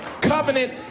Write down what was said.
covenant